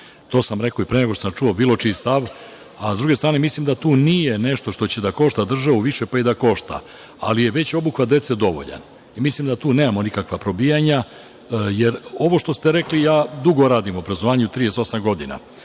To sam rekao i pre nego što sam čuo bilo čiji stav. Sa druge strane, mislim da to nije nešto što će da košta državu više, pa i da košta, ali je već obuka dece dovoljna. Mislim da tu nemamo nikakva probijanja, jer ovo što ste rekli, ja dugo radim u obrazovanju, već 38 godina